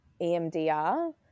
EMDR